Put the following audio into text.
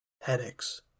Headaches